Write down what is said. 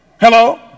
Hello